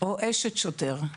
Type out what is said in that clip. או אשת שוטר.